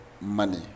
money